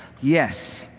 yes.